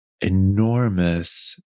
enormous